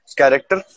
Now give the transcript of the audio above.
Character